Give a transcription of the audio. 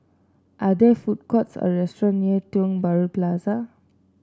are there food courts or restaurants near Tiong Bahru Plaza